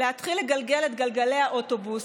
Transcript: להתחיל לגלגל את גלגלי האוטובוס,